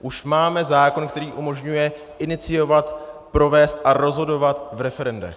Už máme zákon, který umožňuje iniciovat, provést a rozhodovat v referendech.